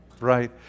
Right